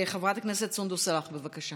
חברת הכנסת סונדוס סלאח, בבקשה.